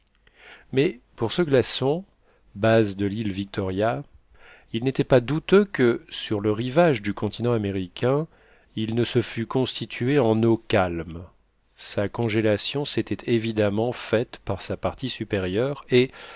mais pour ce glaçon base de l'île victoria il n'était pas douteux que sur le rivage du continent américain il ne se fût constitué en eaux calmes sa congélation s'était évidemment faite par sa partie supérieure et